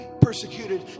persecuted